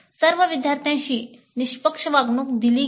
सर्व विद्यार्थ्यांशी निष्पक्ष वागणूक दिली गेली